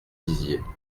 dizier